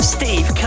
Steve